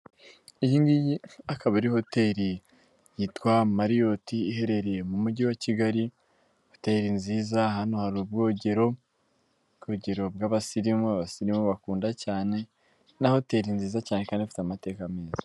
Iyi ngiyi ikab ari hoteri yitwa mariyoti iharereye mu mugi ewa kigali, hoteli nziza hano hari ubwogero, ubwogero bw'abasirimu, abasirimu bakunda cyane na hoteli nziza cyane kandi ifite amateka meza.